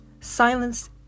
Silence